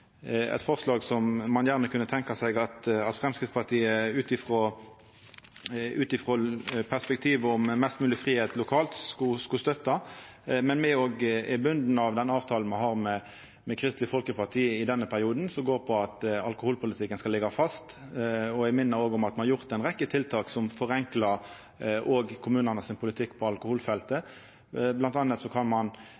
eit forslag som ein gjerne kunne tenkja seg at Framstegspartiet ut frå perspektivet om mest mogleg fridom lokalt, skulle støtta, men me er òg bundne av den avtalen me har med Kristeleg Folkeparti i denne perioden, som går på at alkoholpolitikken skal liggja fast. Eg minner om at me har gjort ei rekkje tiltak som forenklar kommunane sin politikk òg på alkoholfeltet.